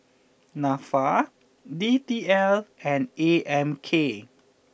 Nafa D T L and A M K